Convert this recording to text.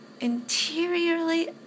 Interiorly